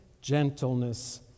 gentleness